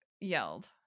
yelled